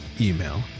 email